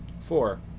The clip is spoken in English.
Four